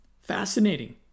fascinating